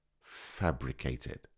fabricated